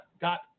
Got